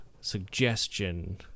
suggestion